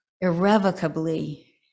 irrevocably